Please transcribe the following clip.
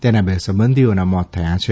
તેના બે સંબંધીનાં મોત થયાં છે